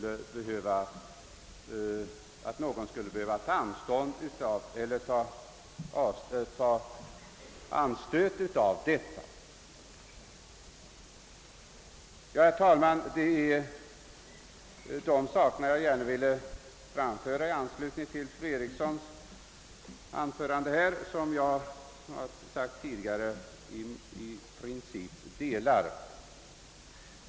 Herr talman! Jag har gärna velat framföra dessa synpunkter i anslutning till fru Erikssons i Stockholm anförande. Som jag tidigare sagt delar jag i många stycken hennes uppfattning, men har i andra delar från hennes helt avvikande mening.